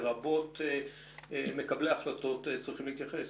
לרבות מקבלי ההחלטות צריכים להתייחס.